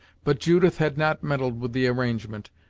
but judith had not meddled with the arrangement,